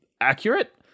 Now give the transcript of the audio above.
accurate